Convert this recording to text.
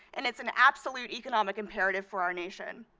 and it's an absolute economic imperative for our nation.